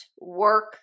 work